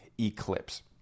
eclipse